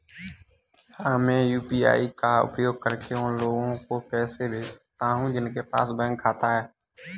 क्या मैं यू.पी.आई का उपयोग करके उन लोगों को पैसे भेज सकता हूँ जिनके पास बैंक खाता नहीं है?